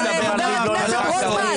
פעם אחת.